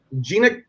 Gina